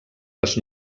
les